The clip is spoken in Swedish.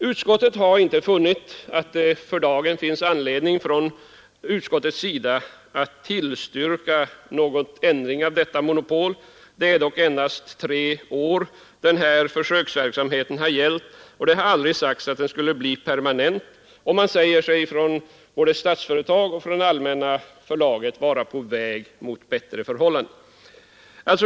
Utskottet har inte funnit att det för dagen finns anledning att tillstyrka någon ändring av Allmänna förlagets monopol. Det är dock endast tre år den här försöksverksamheten har pågått, det har aldrig sagts att den skulle bli permanent, och inom både Statsföretag och Allmänna förlaget säger man sig vara på väg mot bättre förhållanden.